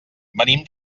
venim